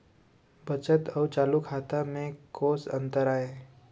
बचत अऊ चालू खाता में कोस अंतर आय?